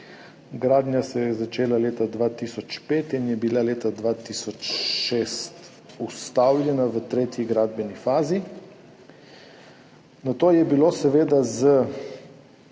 Gradnja se je začela leta 2005 in je bila leta 2006 ustavljena v tretji gradbeni fazi, nato je bilo seveda z